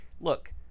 look